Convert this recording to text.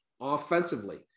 offensively